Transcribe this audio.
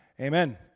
Amen